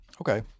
Okay